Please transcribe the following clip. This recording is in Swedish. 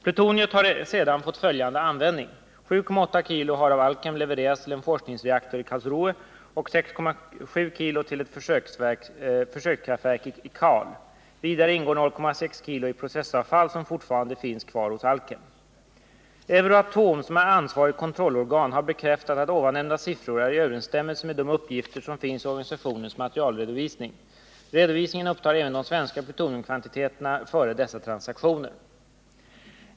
Plutoniet har sedan fått följande användning. 7,8 kg har av Alkem levererats till en forskningsreaktor i Karlsruhe och 6,7 kg till ett försökskraftverk i Kahl. Vidare ingår 0,6 kg i processavfall som fortfarande finns kvar hos Alkem. Euratom, som är ansvarigt kontrollorgan, har bekräftat att de nämnda siffrorna är i överensstämmelse med de uppgifter som finns i organisationens materialredovisning. Redovisningen upptar även de svenska plutoniumkvantiteterna före dessa transaktioner.